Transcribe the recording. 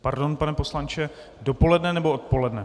Pardon, pane poslanče, dopoledne, nebo odpoledne?